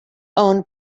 owned